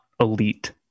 elite